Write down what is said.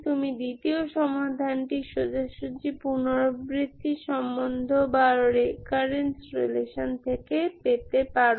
তুমি দ্বিতীয় সমাধানটি সোজাসুজি পুনরাবৃত্তি সম্বন্ধ থেকে পেতে পারো